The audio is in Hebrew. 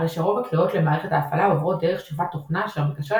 הרי שרוב הקריאות למערכת ההפעלה עוברות דרך שכבת תוכנה אשר מקשרת